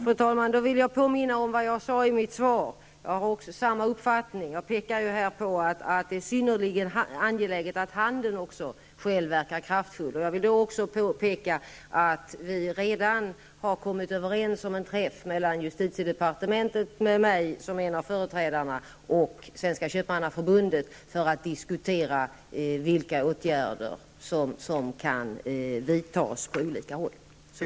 Fru talman! Då vill jag påminna om vad jag sade i mitt svar. Jag redovisar samma uppfattning och påpekar att det är synnerligen angeläget att handeln själv också verkar kraftfullt. Jag vill vidare påpeka att vi redan har kommit överens om en träff mellan justitiedepartementet, med mig som en av företrädarna, och Svenska köpmannaförbundet för att diskutera vilka åtgärder som kan vidtas på olika håll.